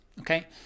okay